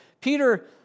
Peter